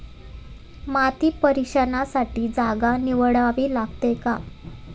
माती परीक्षणासाठी जागा निवडावी लागते का?